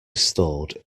stored